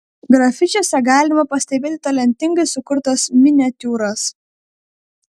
grafičiuose galima pastebėti talentingai sukurtas miniatiūras